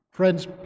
Friends